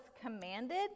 commanded